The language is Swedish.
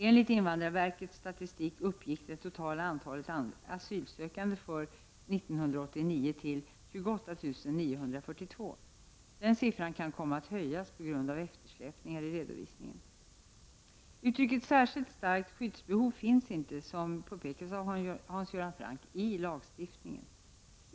Enligt invandrarverkets statistik uppgick det totala antalet asylsökande för år 1989 till 28 942. Denna siffra kan komma att höjas på grund av eftersläpningar i redovisningen. Uttrycket särskilt starkt skyddsbehov finns inte, som påpekas av Hans Göran Franck, i lagstiftningen.